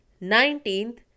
nineteenth